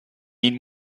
need